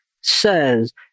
says